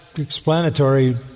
explanatory